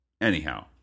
anyhow